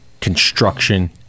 construction